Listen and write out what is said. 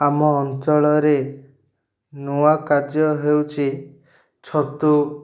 ଆମ ଅଞ୍ଚଳରେ ନୂଆ କାର୍ଯ୍ୟ ହେଉଛି ଛତୁ